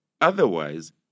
Otherwise